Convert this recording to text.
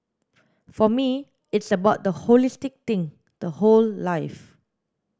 for me it's about the holistic thing the whole life